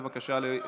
בבקשה,